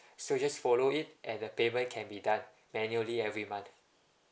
so just follow it and the payment can be done manually every month